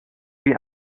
wie